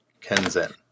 Kenzen